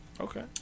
Okay